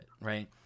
right